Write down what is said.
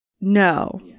No